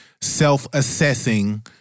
self-assessing